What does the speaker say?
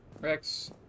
Rex